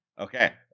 Okay